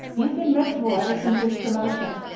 you've been miserable ever since this promotion.